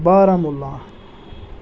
Baramulla